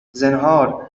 زنهار